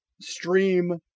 stream